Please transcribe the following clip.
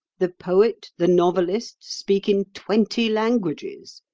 the poet, the novelist, speak in twenty languages.